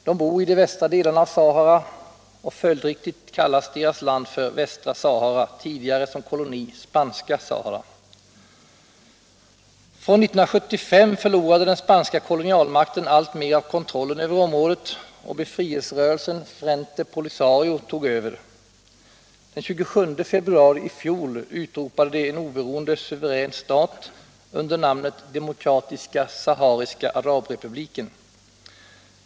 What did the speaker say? De bebor de västra delarna av Sahara, och följdriktigt kallas deras land Västra Sahara, tidigare som koloni Spanska Internationellt utvecklingssamar Sahara. Från 1975 förlorade den spanska kolonialmakten alltmer av kontrollen över området, och befrielserörelsen Frente POLISARIO tog över. Den 27 februari i fjol utropade de en oberoende, suverän stat under namnet Demokratiska sahariska arabrepubliken.